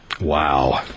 wow